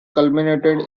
culminated